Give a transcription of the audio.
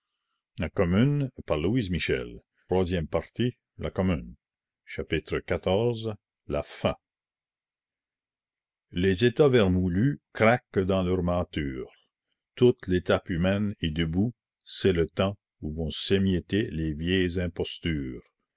la fin les états vermoulus craquent dans leurs mâtures toute l'étape humaine est debout c'est le temps où vont s'émietter les vieilles impostures